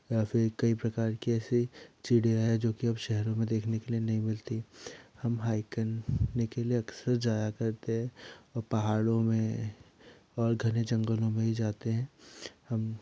या फिर कई प्रकार की ऐसी चिड़ियाँ है जो कि अब शहरों में देखने के लिए नहीं मिलती हम हाइक करने के लिए अक्सर जाया करते हैं और पहाड़ों में और घने जंगलों में भी जाते हैं हम